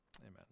amen